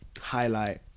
highlight